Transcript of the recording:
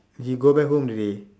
he go back home already